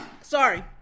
sorry